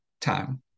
time